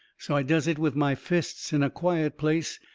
so i does it with my fists in a quiet place,